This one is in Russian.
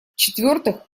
четвертых